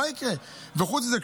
וחוץ מזה,